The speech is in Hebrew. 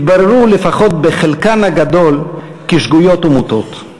התבררו, לפחות בחלקן הגדול, כשגויות ומוטעות.